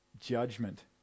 judgment